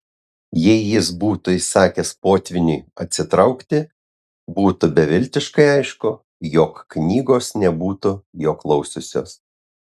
jei jis būtų įsakęs potvyniui atsitraukti būtų beviltiškai aišku jog knygos nebūtų jo klausiusios